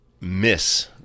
miss